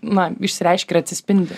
na išsireiškia ir atsispindi